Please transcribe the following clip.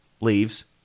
leaves